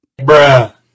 Bruh